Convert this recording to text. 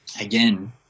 Again